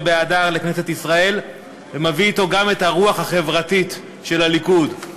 נכנס בגאון ובהדר לכנסת ישראל ומביא אתו גם את הרוח החברתית של הליכוד.